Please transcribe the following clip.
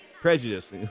prejudice